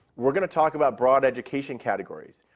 we are going to talk about broad education categories.